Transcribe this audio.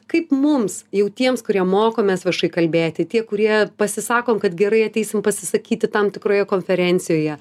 kaip mums jau tiems kurie mokomės viešai kalbėti tie kurie pasisakom kad gerai ateisim pasisakyti tam tikroje konferencijoje